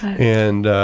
and